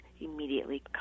immediately